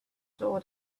saw